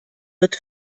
wird